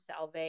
Salve